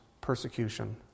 persecution